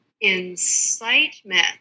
incitement